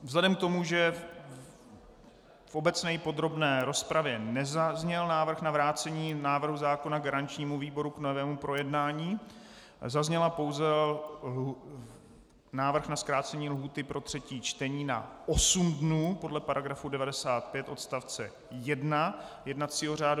Vzhledem k tomu, že v obecné i podrobné rozpravě nezazněl návrh na vrácení návrhu zákona garančnímu výboru k novému projednání, zazněl pouze... návrh na zkrácení lhůty pro třetí čtení na osm dnů podle § 95 odst. 1 jednacího řádu.